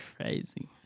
crazy